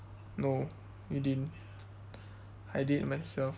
no you didn't I did it myself